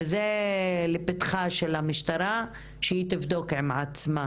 וזה לפתחה של המשטרה שהיא תבדוק עם עצמה